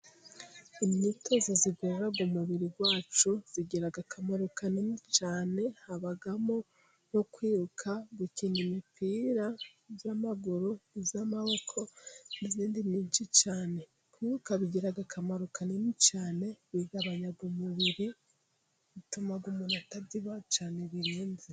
Imyitozo igorora umubiri wacu. Igira akamaro kanini cyane . Habamo nko kwiruka ,gukina imipira y'amaguru, y'amaboko n'izindi nyinshi cyane kwiruka bigira akamaro kanini cyane . Bigabanya umubiri ,bituma umuntu atabyibuha cyane birenze.